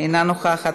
אינה נוכחת.